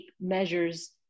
measures